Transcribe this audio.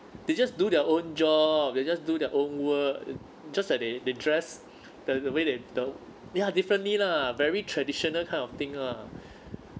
they just do their own job they just do their own work just like they they dress the way they though ya differently lah very traditional kind of thing lah